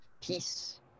Peace